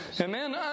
amen